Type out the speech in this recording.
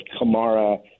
Kamara